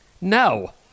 No